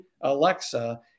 Alexa